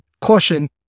caution